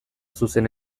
zuzen